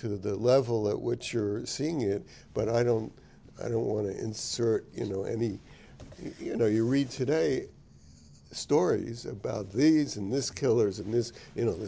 to the level at which you're seeing it but i don't i don't want to insert you know any you know you read today stories about these and this killers in this